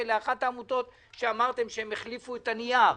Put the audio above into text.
גם את אחת העמותות שאמרתם שהחליפה את הנייר.